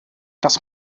dass